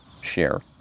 share